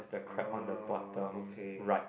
oh okay